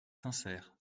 sincère